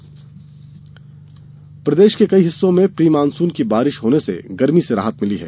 मौसम प्रदेश के कई हिस्सों में प्री मानसून की बारिश होने से गर्मी से राहत मिली है